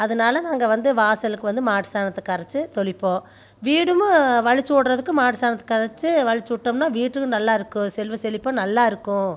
அதனால நாங்கள் வந்து வாசலுக்கு வந்து மாட்டு சாணத்தை கரைச்சு தெளிப்போம் வீடுமும் வழித்து விடுறதுக்கு மாட்டு சாணத்தை கரைச்சு வழித்து விட்டோம்னா வீடும் நல்லா இருக்கும் செல்வ செழிப்பாக நல்லா இருக்கும்